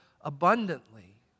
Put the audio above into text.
abundantly